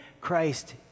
Christ